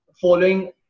following